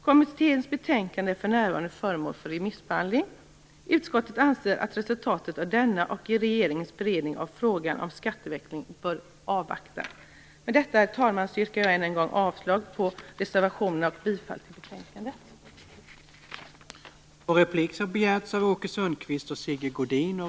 Kommitténs betänkande är för närvarande föremål för remissbehandling. Utskottet anser att resultatet av denna och av regeringens beredning av frågan om skatteväxling bör avvaktas. Med detta, herr talman, yrkar jag än en gång avslag på reservationerna och bifall till utskottets hemställan.